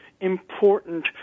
important